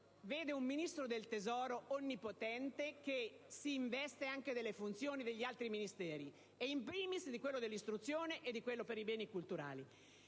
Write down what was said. vede un Ministro dell'economia onnipotente che si investe anche delle funzioni degli altri Ministeri e, *in primis*, di quelli dell'istruzione e per i beni culturali.